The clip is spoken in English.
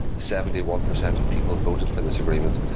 seventy one percent of people voted for this agreement,